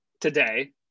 today